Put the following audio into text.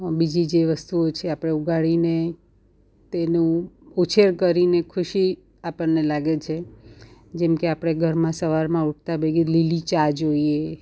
બીજી જે વસ્તુઓ છે આપણે ઉગાડીને તેનું ઉછેર કરીને ખુશી આપણને લાગે છે જેમ કે આપણે ઘરમાં સવારમાં ઉઠતાં ભેગી જ લીલી ચા જોઈએ